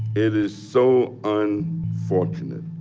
it is so and unfortunate